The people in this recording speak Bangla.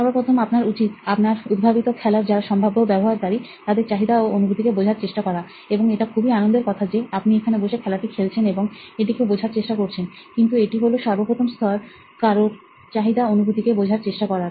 সর্বপ্রথম আপনার উচিত আপনার উদ্ভাবিত খেলার যারা সম্ভাব্য ব্যবহারকারী তাদের চাহিদা ও অনুভূতিকে বোঝার চেষ্টা করা এবং এটা খুবই আনন্দের কথা যে আপনি এখানে বসে খেলাটি খেলছেন এবং এটিকে বোঝার চেষ্টা করছেন কিন্তু এটি হলো সর্বপ্রথম স্তর কারুর চাহিদা অনুভূতি কে বোঝার চেষ্টা করার